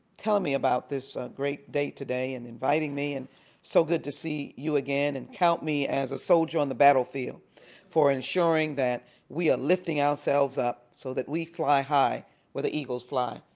telling me about this great day today and inviting me. it's and so good to see you again. and count me as a soldier on the battlefield for ensuring that we are lifting ourselves up so that we fly high where the eagles fly,